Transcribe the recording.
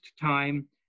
time